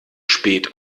spät